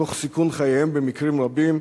תוך סיכון חייהם במקרים רבים,